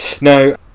No